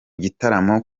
gitaramo